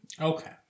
Okay